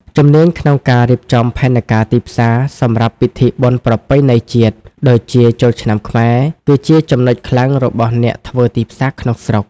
ជំនាញក្នុងការរៀបចំផែនការទីផ្សារសម្រាប់ពិធីបុណ្យប្រពៃណីជាតិ ដូចជាចូលឆ្នាំខ្មែរ គឺជាចំណុចខ្លាំងរបស់អ្នកធ្វើទីផ្សារក្នុងស្រុក។